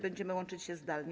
Będziemy łączyć się zdalnie.